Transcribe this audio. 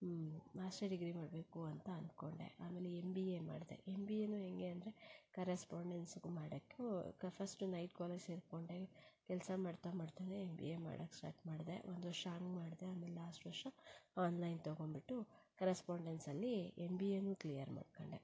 master degree ಮಾಡಬೇಕು ಅಂತ ಅಂದ್ಕೊಂಡೆ ಆಮೇಲೆ ಎಂ ಬಿ ಎ ಮಾಡಿದೆ ಎಂ ಬಿ ಎನೂ ಹೆಂಗೆ ಅಂದರೆ ಕರೆಸ್ಪಾಂಡೆನ್ಸ್ ಮಾಡೋಕ್ಕೂ ಕ ಫಸ್ಟ್ ನೈಟ್ ಕಾಲೇಜ್ ಸೇರಿಕೊಂಡೆ ಕೆಲಸ ಮಾಡ್ತಾ ಮಾಡ್ತನೇ ಎಂ ಬಿ ಎ ಮಾಡಕ್ಕೆ ಸ್ಟಾರ್ಟ್ ಮಾಡಿದೆ ಒಂದು ವರ್ಷ ಹಂಗ್ ಮಾಡಿದೆ ಆಮೇಲೆ ಲಾಸ್ಟ್ ವರ್ಷ ಆನ್ಲೈನ್ ತೊಗೊಂಡ್ಬಿಟ್ಟು ಕರೆಸ್ಪಾಂಡೆನ್ಸಲ್ಲಿ ಎಂ ಬಿ ಎನೂ ಕ್ಲಿಯರ್ ಮಾಡ್ಕೊಂಡೆ